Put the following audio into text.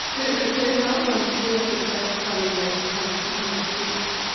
there's and there's another one too i think that's funny, it's called picking up chicks.